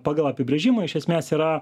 pagal apibrėžimą iš esmės yra